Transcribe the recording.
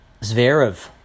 Zverev